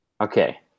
Okay